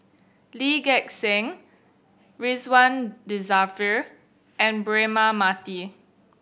Lee Gek Seng Ridzwan Dzafir and Braema Mathi